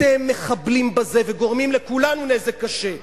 אתם מחבלים בזה וגורמים לכולנו נזק קשה,